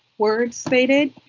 words stated.